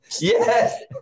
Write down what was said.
yes